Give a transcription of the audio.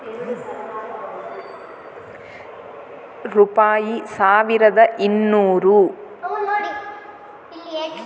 ಈ ಸಲದ ಬಜೆಟ್ ನಲ್ಲಿ ವಿಧವೆರ ಪೆನ್ಷನ್ ಹಣ ಎಷ್ಟು ಜಾಸ್ತಿ ಆಗಿದೆ?